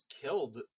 killed